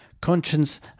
conscience